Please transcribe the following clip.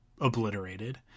obliterated